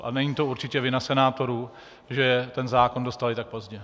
A není to určitě vina senátorů, že ten zákon dostali tak pozdě.